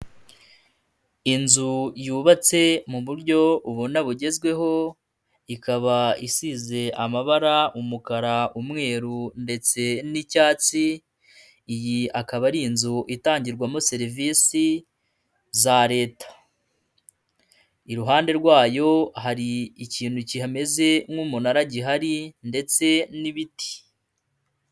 Inzu yubatse mu buryo ubona bugezweho, ikaba isize amabara, umukara, umweru ndetse n'icyatsi, iyi akaba ari inzu itangirwamo serivisi za Leta iruhande, iruhande rwayo hari ikintu kimeze nk'umunara gihari ndetse n'ibiti.